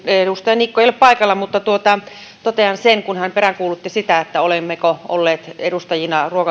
edustaja niikko ei ole paikalla mutta totean kun hän peräänkuulutti sitä olemmeko olleet edustajina